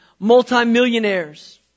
Multi-millionaires